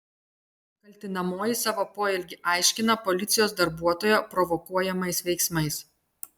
kaltinamoji savo poelgį aiškina policijos darbuotojo provokuojamais veiksmais